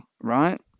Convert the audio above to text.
right